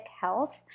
Health